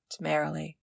merrily